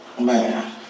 Man